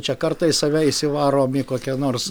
čia kartais save įsivarom į kokią nors